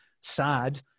sad